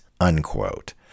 unquote